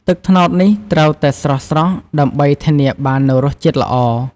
ទឹកត្នោតនេះត្រូវតែស្រស់ៗ ដើម្បីធានាបាននូវរសជាតិល្អ។